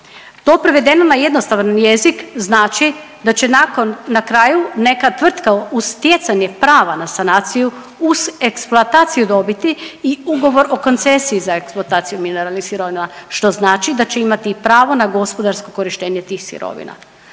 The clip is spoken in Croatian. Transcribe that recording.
To prevedeno na jednostavan jezik znači da će na kraju neka tvrtka uz stjecanje prava na sanaciju, uz eksploataciju dobiti i ugovor o koncesiji za eksploataciju mineralnih sirovina, što znači da će imati i pravo na gospodarsko korištenje tih sirovina.